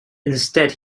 instead